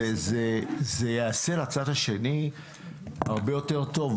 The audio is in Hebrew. זה יעשה לצד השני הרבה יותר טוב,